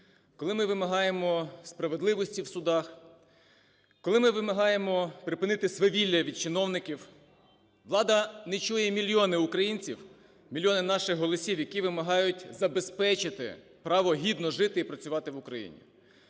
коли ми вимагаємо справедливості в судах, коли ми вимагаємо припинити свавілля від чиновників, влада не чує мільйони українців, мільйони наших голосів, які вимагають забезпечити право гідно жити і працювати в Україні.